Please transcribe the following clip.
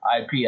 IP